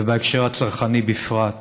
ובהקשר הצרכני בפרט.